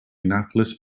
annapolis